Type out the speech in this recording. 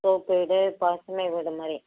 தோப்பு வீடு பசுமை வீடு மாதிரி